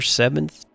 seventh